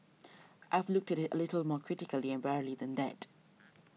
I've looked at it a little more critically and warily than that